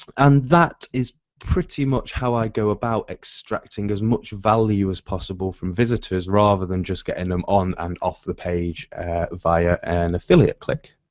and that is pretty much how i go about extracting as much value as possible from visitors rather than just getting them on and off the page via an affiliate click.